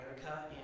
America